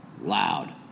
loud